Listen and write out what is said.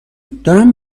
دارم